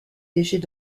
déchets